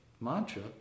mantra